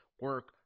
Work